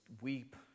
weep